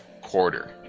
quarter